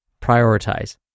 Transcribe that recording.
prioritize